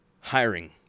hiring